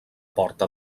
porta